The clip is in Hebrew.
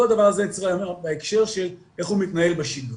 כל הדבר הזה צריך להיאמר בהקשר של איך הוא מתנהג בשגרה.